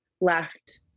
left